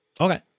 Okay